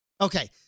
Okay